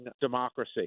democracy